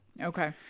Okay